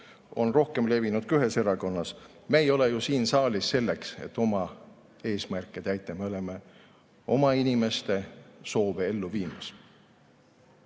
on rohkem levinud kui ühes erakonnas. Me ei ole ju siin saalis selleks, et oma eesmärke täita, me oleme siin oma inimeste soove ellu viimas. Selles